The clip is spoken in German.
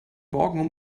morgen